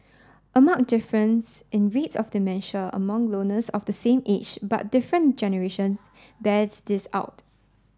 a marked difference in rates of dementia among loners of the same age but different generations bears this out